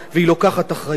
והיא לוקחת אחריות.